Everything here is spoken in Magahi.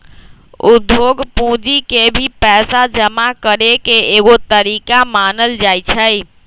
उद्योग पूंजी के भी पैसा जमा करे के एगो तरीका मानल जाई छई